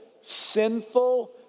sinful